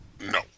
No